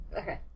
Okay